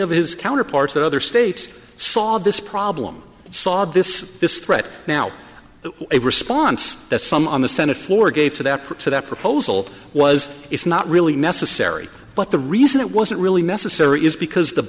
of his counterparts in other states saw this problem saw this this threat now the response that some on the senate floor gave to that to that proposal was it's not really necessary but the reason it wasn't really necessary is because the